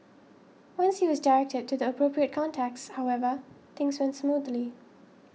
once he was directed to the appropriate contacts however things went smoothly